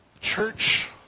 Church